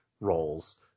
roles